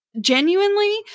Genuinely